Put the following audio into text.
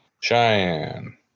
Cheyenne